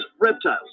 reptiles